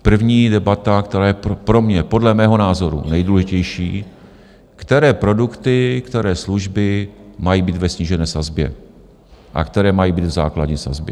První debata, která je pro mě podle mého názoru nejdůležitější, které produkty, které služby mají být ve snížené sazbě a které mají být v základní sazbě.